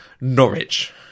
Norwich